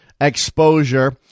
exposure